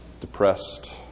depressed